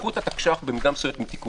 לקחו את התקש"ח במידה מסוימת עם תיקונים,